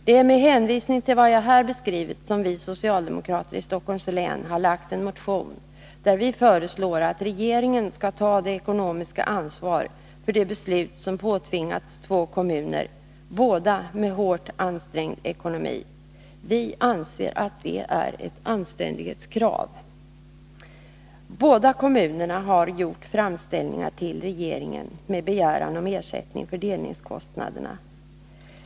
Det är med hänvisning till vad jag här beskrivit som vi socialdemokrater i Stockholms län har väckt en motion där vi föreslår att regeringen skall ta det ekonomiska ansvaret för det beslut som påtvingats två kommuner — båda med hårt ansträngd ekonomi. Vi anser att det är ett anständighetskrav. Båda kommunerna har gjort framställningar till regeringen med begäran om ersättning för delningskostnaderna.